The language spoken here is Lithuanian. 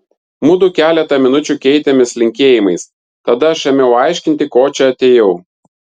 mudu keletą minučių keitėmės linkėjimais tada aš ėmiau aiškinti ko čia atėjau